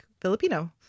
Filipino